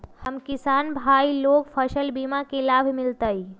हम किसान भाई लोग फसल बीमा के लाभ मिलतई?